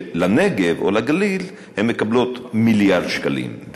שלנגב או לגליל הן מקבלות מיליארד שקלים,